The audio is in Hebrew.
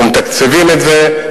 אנחנו מתקצבים את זה,